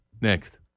next